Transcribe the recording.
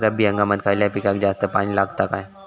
रब्बी हंगामात खयल्या पिकाक जास्त पाणी लागता काय?